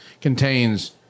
contains